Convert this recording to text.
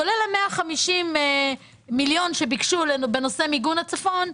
כולל 150 מיליון שביקשו בנושא מיגון הצפון,